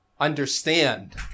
understand